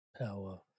power